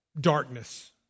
darkness